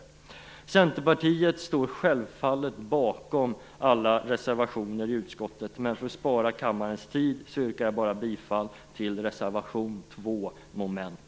Vi i Centerpartiet står självfallet bakom alla våra reservationer i utskottet, men för att spara kammarens tid yrkar jag bifall enbart till reservation 2, mom. 1.